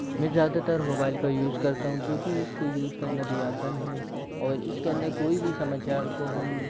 मैं ज़्यादातर मोबाइल का यूज़ करता हूँ क्योंकि इसको यूज़ करना भी आसान है और इसके अंदर कोई भी समाचार को हम